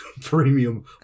premium